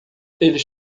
eles